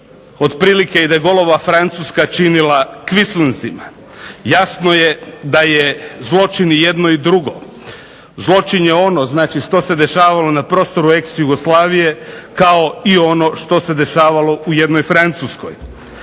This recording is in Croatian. otprilike DeGaullova Francuska činila..., jasno je da je zločin i jedno i drugo. Zločin je on što se dešavalo na prostoru ex-Jugoslavije kao i ono što se dešavalo u jednoj Francuskoj.